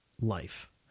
life